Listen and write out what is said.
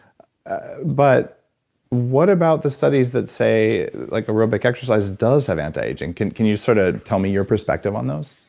but what about the studies that say like aerobic exercise does have antiaging? can can you sort of tell me your perspective on those?